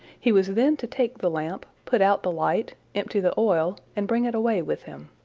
he was then to take the lamp, put out the light, empty the oil, and bring it away with him.